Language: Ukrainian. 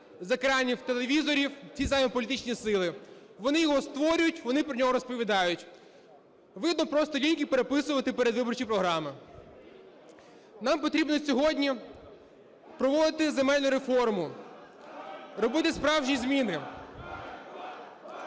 з екранів телевізорів ті самі політичні сили. Вони його створюють, вони про нього розповідають. Видно, просто ліньки переписувати передвиборчі програми. Нам потрібно сьогодні проводити земельну реформу, робити справжні зміни.